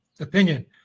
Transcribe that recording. opinion